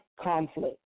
conflict